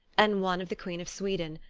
and one of the queen of sweden,